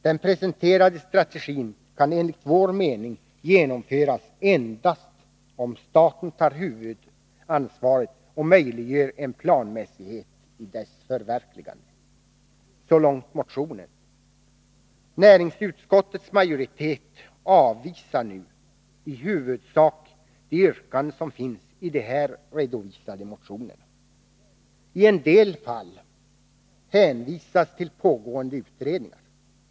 Den presenterade strategin kan enligt vår mening genomföras endast om staten tar huvudansvaret och möjliggör en planmässighet i dess förverkligande.” Så långt motionen. Näringsutskottets majoritet avvisar nu i huvudsak de yrkanden som finns i de här redovisade motionerna. I en del fall hänvisas till pågående utredningar.